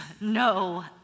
no